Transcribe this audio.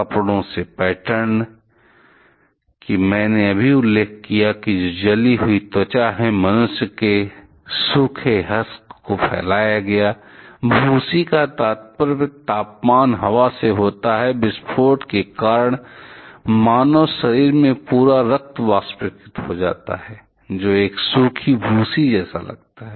कपड़ों से पैटर्न कि मैंने अभी उल्लेख किया है जो जली हुई त्वचा है मनुष्य के सूखे हस्क को फैलाया गया है भूसी का तात्पर्य तापमान हवा से होता है विस्फोट के कारण मानव शरीर से पूरा रक्त वाष्पीकृत हो जाता है जो एक सूखी भूसी जैसा दिखता है